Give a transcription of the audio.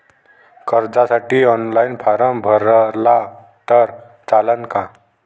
कर्जसाठी online form भरला तर चालन का?